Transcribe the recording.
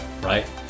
right